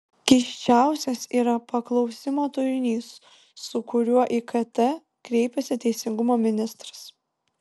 keisčiausias yra paklausimo turinys su kuriuo į kt kreipiasi teisingumo ministras